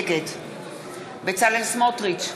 נגד בצלאל סמוטריץ,